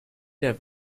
der